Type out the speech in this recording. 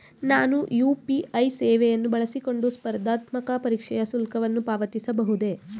ನಾನು ಯು.ಪಿ.ಐ ಸೇವೆಯನ್ನು ಬಳಸಿಕೊಂಡು ಸ್ಪರ್ಧಾತ್ಮಕ ಪರೀಕ್ಷೆಯ ಶುಲ್ಕವನ್ನು ಪಾವತಿಸಬಹುದೇ?